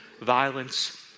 violence